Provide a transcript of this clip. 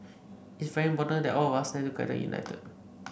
it's very important that all of us stand together united